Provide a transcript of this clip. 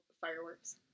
fireworks